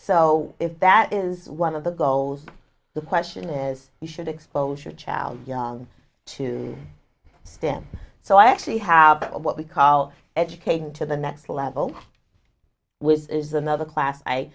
so if that is one of the goals the question is you should expose your child to sin so i actually have what we call education to the next level with is another class i